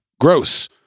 gross